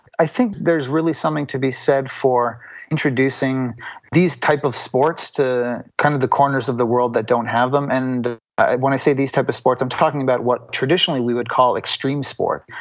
i think there's really something to be said for introducing these type of sports to kind of the corners of the world that don't have them. and when i say these type of sports, i am talking about what traditionally we would call extreme sport.